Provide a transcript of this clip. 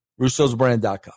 Russo'sBrand.com